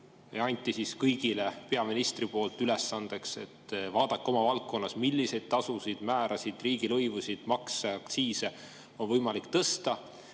ja kõigile anti peaministri poolt ülesandeks, et vaadake oma valdkonnas, milliseid tasusid, määrasid, riigilõivusid, makse ja aktsiise on võimalik tõsta,